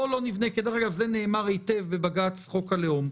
דרך אגב, זה נאמר היטב בבג"ץ חוק הלאום.